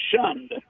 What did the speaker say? shunned